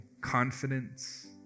confidence